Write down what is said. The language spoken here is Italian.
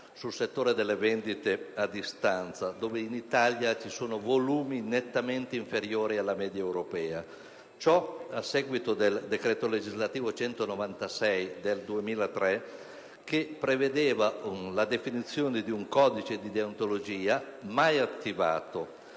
sul settore delle vendite a distanza, che in Italia presenta volumi nettamente inferiori alla media europea. Ciò a seguito del decreto legislativo n. 196 del 2003, che prevede la definizione di un codice di deontologia mai attivato.